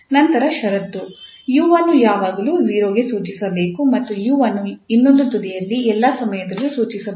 ನಂತರ ಷರತ್ತು 𝑢 ಅನ್ನು ಯಾವಾಗಲೂ 0 ಕ್ಕೆ ಸೂಚಿಸಬೇಕು ಮತ್ತು 𝑢 ಅನ್ನು ಇನ್ನೊಂದು ತುದಿಯಲ್ಲಿ ಎಲ್ಲಾ ಸಮಯದಲ್ಲೂ ಸೂಚಿಸಬೇಕು